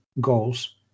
goals